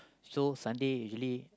so Sunday usually